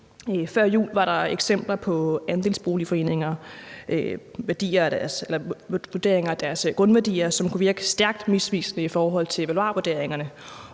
Før jul var der eksempler på andelsboligforeninger, hvor vurderingerne af deres grundværdier kunne virke stærkt misvisende i forhold til valuarvurderingerne.